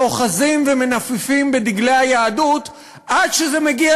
שאוחזים ומנפנפים בדגלי היהדות עד שזה מגיע